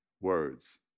words